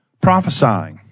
prophesying